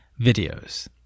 videos